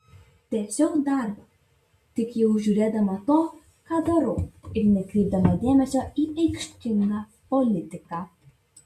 tęsiau darbą tik jau žiūrėdama to ką darau ir nekreipdama dėmesio į aikštingą politiką